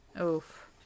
Oof